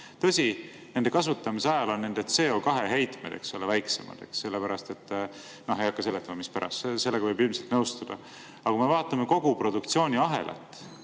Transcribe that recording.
Tõsi, nende kasutamise ajal on CO2-heitmed väiksemad, sellepärast et … Ei hakka seletama, mispärast. Sellega võib ilmselt nõustuda. Aga kui me vaatame kogu produktsiooniahelat,